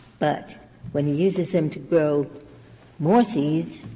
but when he uses them to grow more seeds,